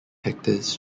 actors